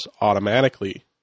automatically